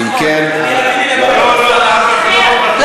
רציתי לברך את השרה, אבל מוותר.